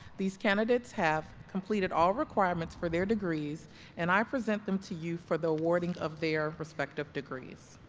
these candidates have completed all requirements for their degrees and i present them to you for the awarding of their respective degrees.